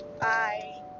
bye